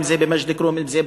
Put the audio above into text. אם זה במג'ד-אלכרום,